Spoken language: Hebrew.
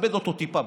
תכבד אותו טיפה,